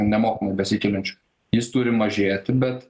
nemokamų besikeliančių jis turi mažėti bet